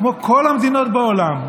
כמו כל המדינות בעולם,